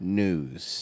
news